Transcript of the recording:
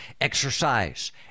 Exercise